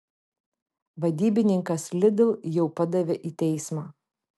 vadybininkas lidl jau padavė į teismą